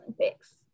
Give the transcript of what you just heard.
Olympics